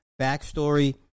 backstory